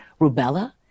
rubella